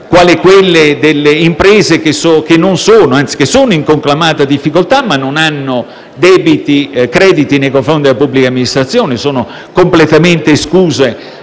quale quello delle imprese che sono in conclamata difficoltà ma non hanno crediti nei confronti della pubblica amministrazione e sono completamente escluse